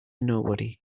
nobody